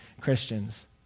Christians